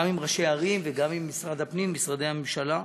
גם עם ראשי ערים וגם עם משרד הפנים ומשרדי ממשלה.